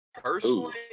Personally